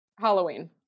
Halloween